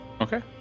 Okay